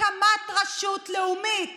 הקמת רשות לאומית